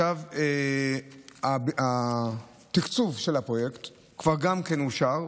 גם התקצוב של הפרויקט כבר אושר,